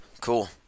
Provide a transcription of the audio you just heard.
Cool